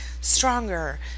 stronger